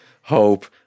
hope